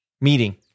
Meeting